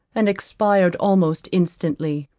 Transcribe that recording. and expired almost instantly.